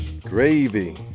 Gravy